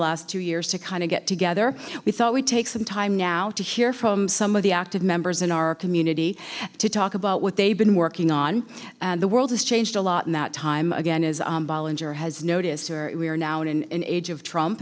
last two years to kind of get together we thought we'd take some time now to hear from some of the active members in our community to talk about what they've been working on and the world has changed a lot in that time again as i'm bollinger has noticed or we are now in an age of trump